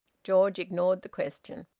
george ignored the question.